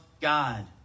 God